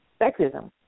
sexism